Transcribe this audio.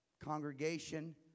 congregation